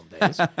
days